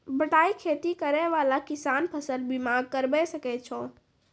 बटाई खेती करै वाला किसान फ़सल बीमा करबै सकै छौ?